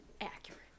Accurate